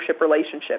relationship